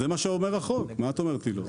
זה מה שאומר החוק, מה את אומרת לי לא?